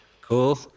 Cool